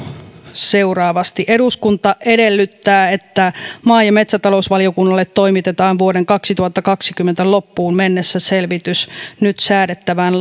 seuraavasti eduskunta edellyttää että maa ja metsätalousvaliokunnalle toimitetaan vuoden kaksituhattakaksikymmentä loppuun mennessä selvitys nyt säädettävän